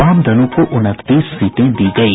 वाम दलों को उनतीस सीटें दी गयी